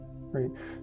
right